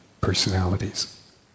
personalities